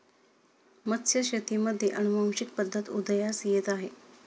मत्स्यशेतीमध्ये अनुवांशिक पद्धत उदयास येत आहे